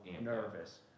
nervous